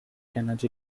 energy